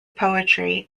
poetry